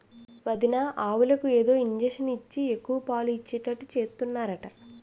వదినా ఆవులకు ఏదో ఇంజషను ఇచ్చి ఎక్కువ పాలు ఇచ్చేటట్టు చేస్తున్నారట